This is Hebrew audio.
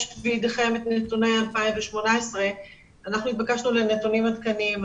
יש בידיכם את נתוני 2018. אנחנו נתבקשנו להמציא נתונים עדכניים.